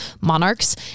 monarchs